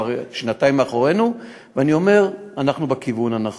וכבר שנתיים מאחורינו ואנחנו בכיוון הנכון.